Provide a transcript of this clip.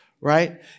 right